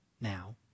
now